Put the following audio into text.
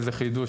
מכיר.